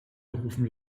rufen